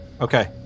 Okay